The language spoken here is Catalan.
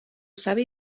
savi